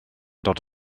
dod